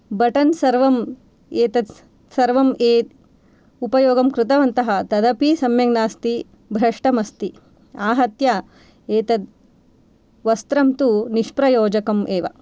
button सर्वम् एतद् सर्वं ये उपयोगं कृतवन्तः तदपि सम्यग् नास्ति भ्रष्टम् अस्ति आहत्य एतद् वस्त्रं तु निष्प्रयोजकम् एव